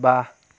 बा